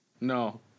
No